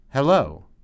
Hello